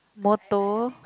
moto